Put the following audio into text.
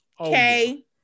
okay